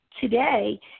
today